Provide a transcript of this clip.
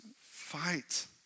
fight